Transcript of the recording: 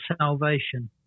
salvation